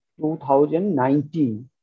2019